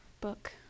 book